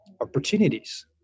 opportunities